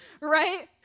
right